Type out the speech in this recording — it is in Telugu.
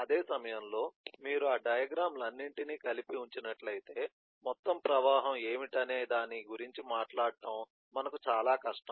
అదే సమయంలో మీరు ఆ డయాగ్రమ్ లన్నింటినీ కలిపి ఉంచినట్లయితే మొత్తం ప్రవాహం ఏమిటనే దాని గురించి మాట్లాడటం మనకు చాలా కష్టం